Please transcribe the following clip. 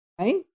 Right